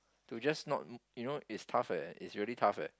to just not you know it's tough eh it's really tough eh